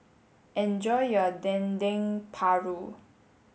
enjoy your Dendeng Paru